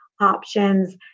options